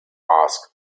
asked